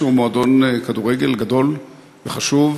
שהוא מועדון כדורגל גדול וחשוב,